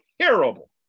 terrible